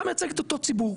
אתה מייצג את אותו ציבור,